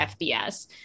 FBS